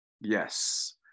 yes